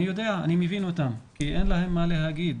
אני יודע, אני מבין אותם, כי אין להם מה להגיד.